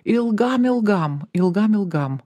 ilgam ilgam ilgam ilgam